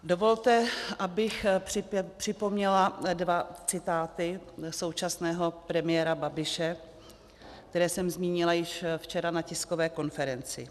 Dovolte, abych připomněla dva citáty současného premiéra Babiše, které jsem zmínila již včera na tiskové konferenci.